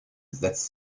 setzt